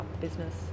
business